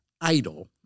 idol